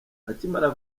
akimara